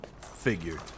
Figured